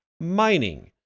mining